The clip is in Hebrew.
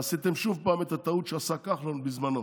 עשיתם שוב פעם את הטעות שעשה כחלון בזמנו.